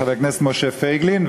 חבר הכנסת משה פייגלין,